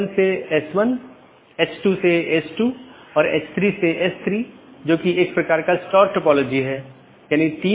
BGP किसी भी transport layer का उपयोग नहीं करता है ताकि यह निर्धारित किया जा सके कि सहकर्मी उपलब्ध नहीं हैं या नहीं